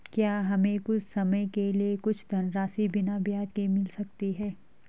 क्या हमें कुछ समय के लिए कुछ धनराशि बिना ब्याज के मिल सकती है?